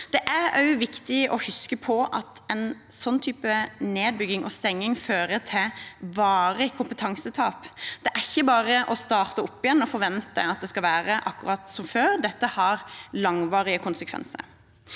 Det er også viktig å huske på at en sånn type nedbygging og stenging fører til varig kompetansetap. Det er ikke bare å starte opp igjen og forvente at det skal være akkurat som før. Dette har langvarige konsekvenser.